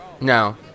No